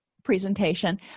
presentation